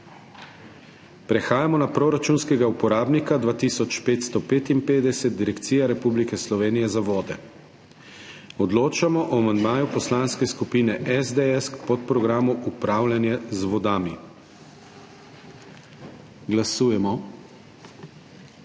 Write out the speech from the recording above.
Prehajamo na proračunskega uporabnika 2555 Direkcija Republike Slovenije za vode. Odločamo o amandmaju Poslanske skupine SDS k podprogramu Upravljanja z vodami. Glasujemo.